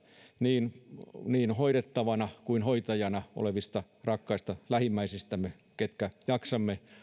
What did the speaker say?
niin niin hoidettavana kuin hoitajana olevista rakkaista lähimmäisistämme jotka jaksamme